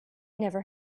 never